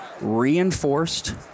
reinforced